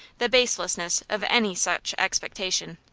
the baselessness of any such expectation.